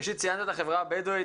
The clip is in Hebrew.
ראשית, ציינת את החברה הבדואית.